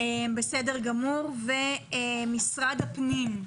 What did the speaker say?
משרד הפנים.